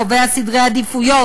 קובע סדרי עדיפויות,